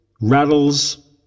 rattles